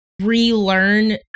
relearn